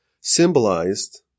symbolized